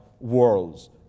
worlds